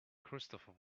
christopher